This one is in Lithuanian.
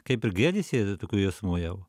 kaip ir gėdisi jausmų jau